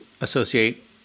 associate